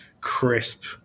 crisp